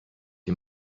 die